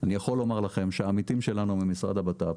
אני יכול לומר לכם שהעמיתים שלנו ממשרד הבט"פ,